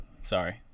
Sorry